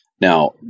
Now